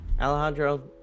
Alejandro